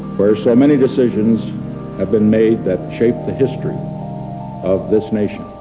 where so many decisions have been made that shaped the history of this nation.